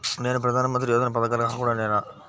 నేను ప్రధాని మంత్రి యోజన పథకానికి అర్హుడ నేన?